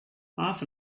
half